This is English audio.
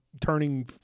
turning